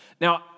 Now